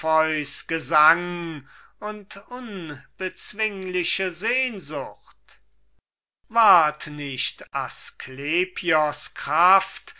gesang und unbezwingliche sehnsucht ward nicht asklepios kraft